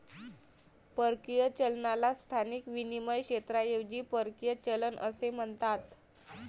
परकीय चलनाला स्थानिक विनिमय क्षेत्राऐवजी परकीय चलन असे म्हणतात